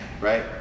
right